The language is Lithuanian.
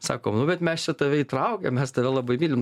sakom nu bet mes čia tave įtraukėm mes tave labai mylim